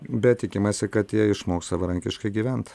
bet tikimasi kad jie išmoks savarankiškai gyvent